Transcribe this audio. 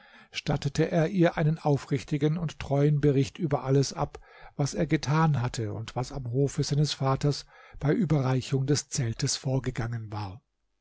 stattete er ihr einen aufrichtigen und treuen bericht über alles ab was er getan hatte und was am hofe seines vaters bei überreichung des zeltes vorgegangen war